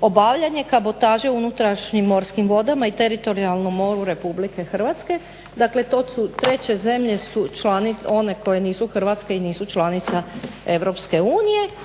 obavljanje kabotaže u unutrašnjim morskim vodama i teritorijalnom moru RH". Dakle treće zemlje su one koje nisu Hrvatska i nisu članice EU.